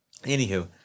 Anywho